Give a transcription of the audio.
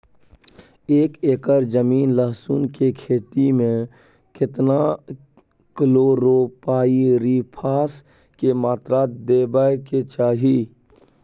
एक एकर जमीन लहसुन के खेती मे केतना कलोरोपाईरिफास के मात्रा देबै के चाही?